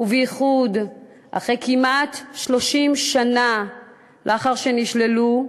ובייחוד אחרי כמעט 30 שנה לאחר שנשללו,